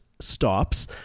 stops